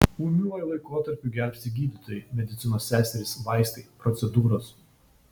ūmiuoju laikotarpiu gelbsti gydytojai medicinos seserys vaistai procedūros